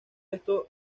esto